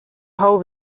hole